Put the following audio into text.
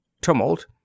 TUMULT